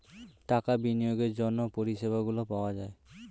টাকা বিনিয়োগের জন্য পরিষেবাগুলো পাওয়া যায়